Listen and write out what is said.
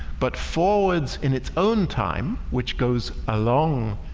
but forwards in its own time which goes along?